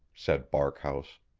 said barkhouse.